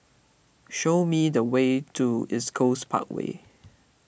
show me the way to East Coast Parkway